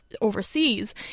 overseas